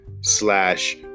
slash